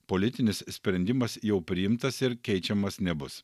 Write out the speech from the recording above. politinis sprendimas jau priimtas ir keičiamas nebus